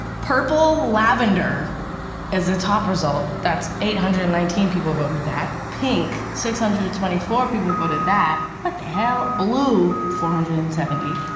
purple, lavender is the top result. that's eight hundred and nineteen people voted that. pink, six hundred and twenty four people voted that. what the hell? blue, four hundred and seventy,